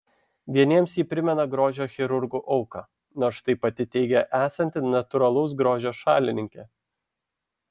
vieniems ji primena grožio chirurgų auką nors štai pati teigia esanti natūralaus grožio šalininkė